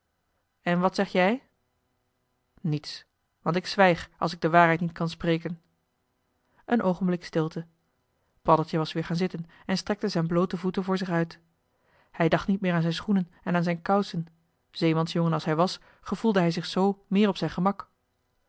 en wat zeg jij niets want ik zwijg als ik de waarheid niet kan spreken een oogenblik stilte paddeltje was weer gaan zitten en strekte zijn bloote voeten voor zich uit hij dacht niet meer aan zijn schoenen en aan zijn kousen zeemansjongen als hij was gevoelde hij zich zoo meer op zijn gemak